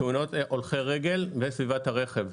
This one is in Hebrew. תאונות הולכי רגל וסביבת הרכב.